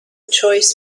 choice